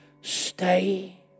Stay